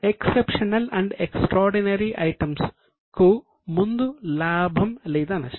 exceptional and extraordinary items కు ముందు లాభం లేదా నష్టం